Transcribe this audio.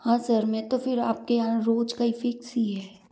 हाँ सर मैं तो फिर आप के यहाँ रोज़ का ही फिक्स ही है